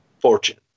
fortune